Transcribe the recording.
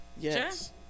Yes